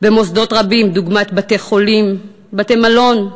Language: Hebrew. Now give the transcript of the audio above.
במוסדות רבים, דוגמת בתי-חולים, בתי-מלון,